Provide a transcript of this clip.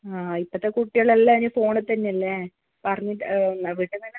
ആ ഇപ്പോഴത്തെ കുട്ടികളെല്ലാം അതിന് ഫോണി തന്നെ അല്ലേ പറഞ്ഞിട്ട് വീടിന്നന്നെ